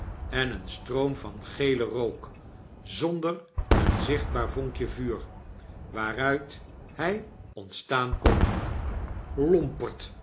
en een stroom van gelen rook zonder een zichtbaar vonkje vuur waaruit hij ontstaan kon lomperd